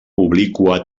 obliqua